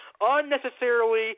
unnecessarily